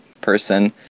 person